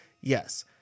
yes